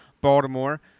Baltimore